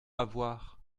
avoir